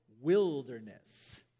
Wilderness